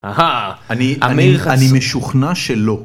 אהה, אני אני משוכנע שלא.